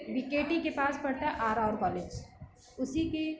BKT के पास पड़ता है आर आर कॉलेज उसी के